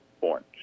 born